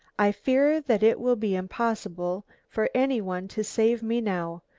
i fear that it will be impossible for any one to save me now,